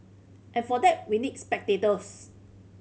and for that we need spectators